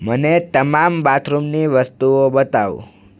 મને તમામ બાથરૂમની વસ્તુઓ બતાવો